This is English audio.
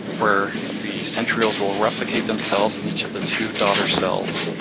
where the centrioles will replicate themselves, in each of the two daughter cells.